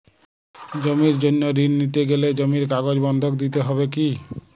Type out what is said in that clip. জমির জন্য ঋন নিতে গেলে জমির কাগজ বন্ধক দিতে হবে কি?